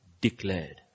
declared